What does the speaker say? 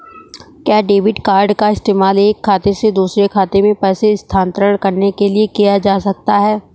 क्या debit card का इस्तेमाल एक खाते से दूसरे खाते में पैसे स्थानांतरण करने के लिए किया जा सकता है?